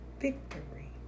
victory